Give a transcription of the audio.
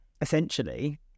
essentially